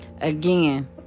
again